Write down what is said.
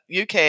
UK